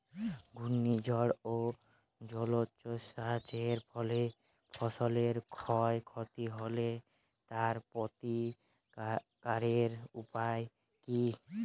ঘূর্ণিঝড় ও জলোচ্ছ্বাস এর ফলে ফসলের ক্ষয় ক্ষতি হলে তার প্রতিকারের উপায় কী?